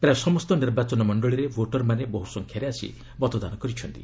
ପ୍ରାୟ ସମସ୍ତ ନିର୍ବାଚନ ମଣ୍ଡଳିରେ ଭୋଟର୍ମାନେ ବହୁ ସଂଖ୍ୟାରେ ଆସି ମତଦାନ କରିଛନ୍ତି